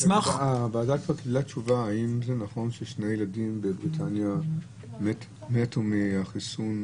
הוועדה קיבלה תשובה האם זה נכון ששני ילדים בבריטניה נפטרו מהחיסון?